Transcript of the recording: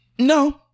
no